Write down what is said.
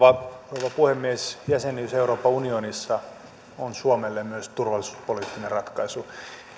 rouva puhemies jäsenyys euroopan unionissa on suomelle myös turvallisuuspoliittinen ratkaisu